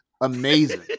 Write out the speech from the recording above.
amazing